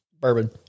Bourbon